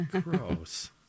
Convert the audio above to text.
Gross